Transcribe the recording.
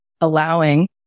allowing